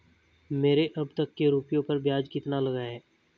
मेरे अब तक के रुपयों पर ब्याज कितना लगा है?